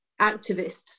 activists